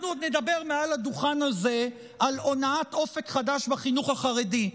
אנחנו עוד נדבר מעל הדוכן הזה על הונאת אופק חדש בחינוך החרדי.